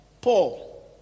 Paul